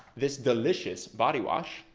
this delicious body wash,